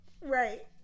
Right